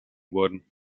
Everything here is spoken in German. worden